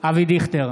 אבי דיכטר